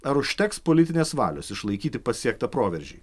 ar užteks politinės valios išlaikyti pasiektą proveržį